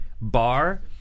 bar